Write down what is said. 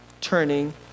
turning